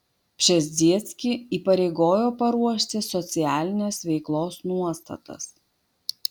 pšezdzieckį įpareigojo paruošti socialinės veiklos nuostatas